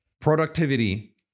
Productivity